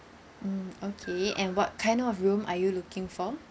mm okay and what kind of room are you looking for